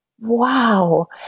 Wow